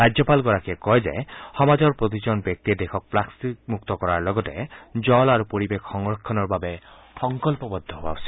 ৰাজ্যপালগৰাকীয়ে কয় যে সমাজৰ প্ৰতিজন ব্যক্তিয়ে দেশক প্লাষ্টিকমুক্ত কৰাৰ লগতে জল আৰু পৰিৱেশ সংৰক্ষণ কৰাৰ বাবে সংকল্পবদ্ধ হোৱা উচিত